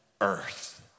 earth